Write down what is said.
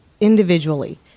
individually